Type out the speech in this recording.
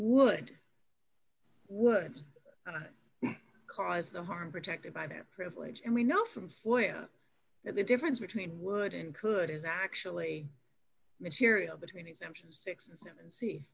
would would cause the harm protected by that privilege and we know from floyd that the difference between would and could is actually material between exemptions six and seven se